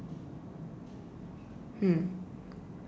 hmm